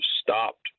stopped